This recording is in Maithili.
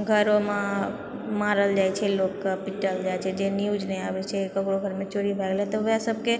घरोमे मारल जाइत छै लोककेँ पीटल जाइत छै जे न्यूज नहि आबैत छै ककरो घरमे चोरी भए गेलै तऽ ओएह सबके